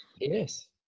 yes